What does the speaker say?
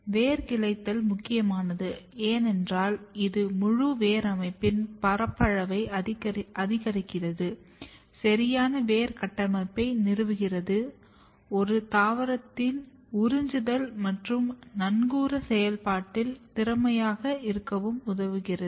வேர் கிளைத்தல் முக்கியமானது ஏனென்றால் இது முழு வேர் அமைப்பின் பரப்பளவை அதிகரிக்கிறது சரியான வேர் கட்டமைப்பை நிறுவுகிறது ஒரு தாவரத்தின் உறிஞ்சுதல் மற்றும் நங்கூர செயல்பாட்டில் திறமையாக இருக்கவும் உதவுகிறது